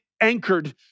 anchored